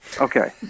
Okay